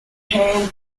hand